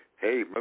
Hey